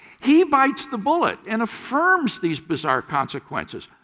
he bites the bullet and affirms these bizarre consequences.